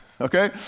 Okay